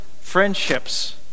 friendships